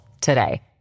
today